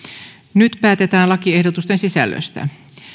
nyt päätetään lakiehdotusten sisällöstä